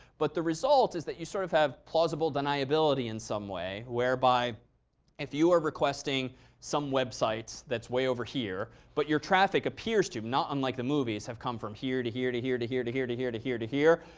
but the result is that you sort of have plausible deniability in some way. whereby if you are requesting some websites that's way over here, but your traffic appears to, not unlike the movies have come from here to here to here to here to here to here to here to here,